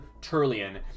Turlian